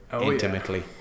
intimately